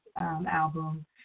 album